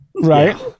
Right